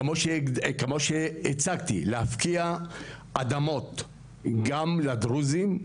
כמו שהצגתי, להפקיע אדמות גם לדרוזים,